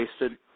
wasted